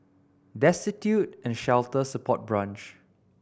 Destitute and Shelter Support Branch